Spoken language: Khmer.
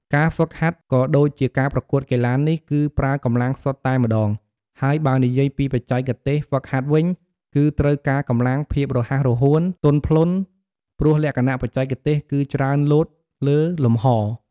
ការហ្វឹកហាត់ ក៏ដូចជាការប្រកួតកីឡានេះគឺប្រើកម្លាំងសុទ្ធតែម្ដង ហើយបើនិយាយពីបច្ចេកទេសហ្វឹកហាត់វិញ គឺត្រូវការកម្លាំង ភាពរហ័សរហួន ទន់ភ្លន់ ព្រោះលក្ខណៈបច្ចេកទេសគឺច្រើនលោតលើលំហ។